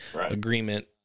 agreement